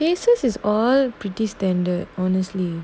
faces is all pretty standard honestly